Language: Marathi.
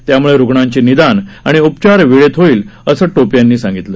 त्यामुळे रुग्णांचे निदान आणि उप्पचार वेळेत होईल असं टोपे यांनी नमूद केलं